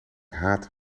haat